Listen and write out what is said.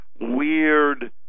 weird